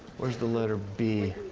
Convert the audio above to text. where's the letter b?